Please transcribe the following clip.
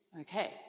Okay